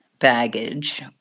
baggage